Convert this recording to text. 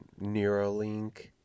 Neuralink